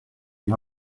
die